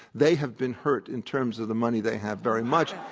they have been hurt in terms of the money they have very much. oh,